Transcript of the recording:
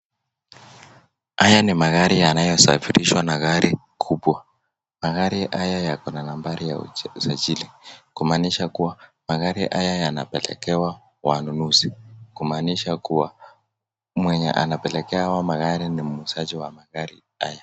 Haya ni magari yanayosafirishwa na gari kubwa. Magari hayo yako na nambari za usajili kumaanisha kuwa magari haya yanapelekewa wanunuzi. Kumanisha kua mwenye anapelekea hawa magari ni muuzaji wa magari haya.